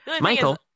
Michael